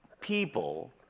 people